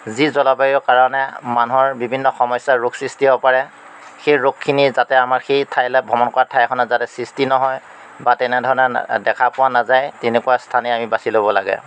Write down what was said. যি জলবায়ুৰ কাৰণে মানুহৰ বিভিন্ন সমস্যাৰ ৰোগ সৃষ্টি হ'ব পাৰে সেই ৰোগখিনি যাতে আমাৰ সেই ঠাইলৈ ভ্ৰমণ কৰা ঠাই এখনত যাতে সৃষ্টি নহয় বা তেনেধৰণে দেখা পোৱা নাযায় তেনেকুৱা স্থানেই আমি বাচি ল'ব লাগে